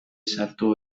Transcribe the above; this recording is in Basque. sartu